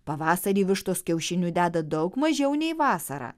pavasarį vištos kiaušinių deda daug mažiau nei vasarą